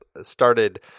started